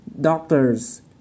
doctors